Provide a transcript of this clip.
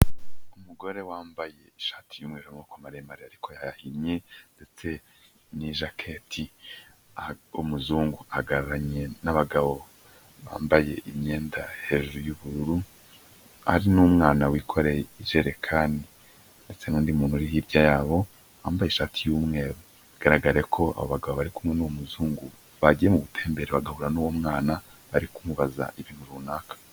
Umugore wambaye ishati y'umweru y'amaboko maremare ariko yahinnye, ndetse n'ijaketi, umuzungu ahagararanye n'abagabo bambaye imyenda hejuru y'ubururu, hari n'umwana wikoreye ijerekani, ndetse n'undi muntu hirya yabo wambaye ishati y'umweru, bigaragara ko abagabo bari kumwe n'uwo muzungu bagiye mu butembere bagahura n'uwo mwana bari kumubaza ibintu runaka.